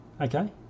Okay